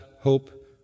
hope